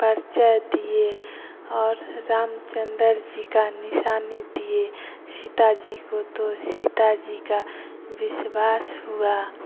परिचय दिए और रामचंद्र जी का निशानी दिए सीता जी को तो सीता जी का विश्वास हुआ